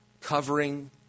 covering